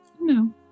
No